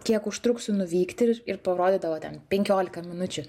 kiek užtruksiu nuvykti ir parodydavo ten penkiolika minučių